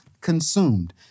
consumed